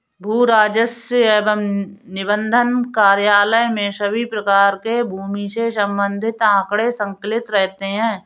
भू राजस्व एवं निबंधन कार्यालय में सभी प्रकार के भूमि से संबंधित आंकड़े संकलित रहते हैं